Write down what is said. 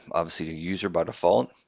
obviously, the user by default.